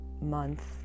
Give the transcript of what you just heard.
Month